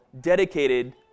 dedicated